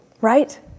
right